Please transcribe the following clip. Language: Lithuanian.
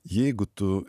jeigu tu